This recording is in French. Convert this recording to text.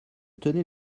tenais